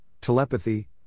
telepathy